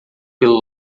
pelo